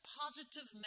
positive